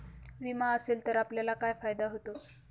विमा असेल तर आपल्याला काय फायदा होतो?